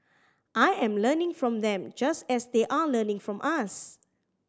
I am learning from them just as they are learning from us